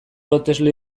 lotesle